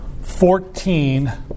fourteen